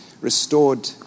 restored